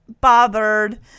bothered